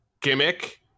gimmick